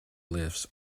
lifts